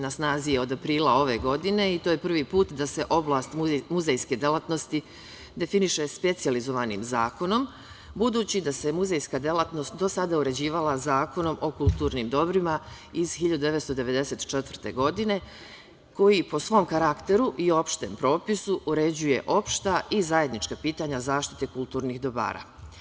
Na snazi je od aprila ove godine i to je prvi put da se oblast muzejske delatnosti definiše specijalizovanim zakonom, budući da se muzejska delatnost do sada uređivala Zakonom o kulturnim dobrima iz 1994. godine, koji po svom karakteru i opštem propisu uređuje opšta i zajednička pitanja zaštite kulturnih dobara.